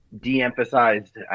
de-emphasized